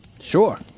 Sure